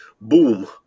boom